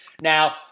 Now